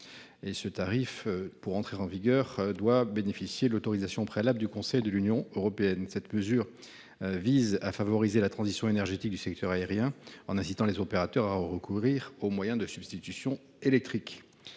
ce tarif doit faire l’objet d’une autorisation préalable du Conseil de l’Union européenne. Une telle mesure vise à favoriser la transition énergétique du secteur aérien, en incitant les opérateurs à recourir aux moyens de substitution électrique.